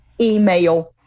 email